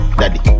daddy